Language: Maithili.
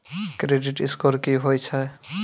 क्रेडिट स्कोर की होय छै?